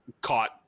caught